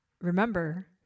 remember